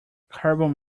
carbon